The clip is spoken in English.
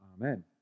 Amen